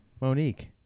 Monique